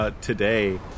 Today